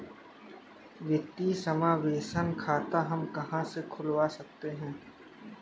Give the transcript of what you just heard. वित्तीय समावेशन खाता हम कहां से खुलवा सकते हैं?